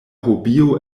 hobio